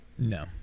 No